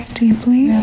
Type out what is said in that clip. deeply